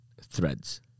Threads